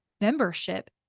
membership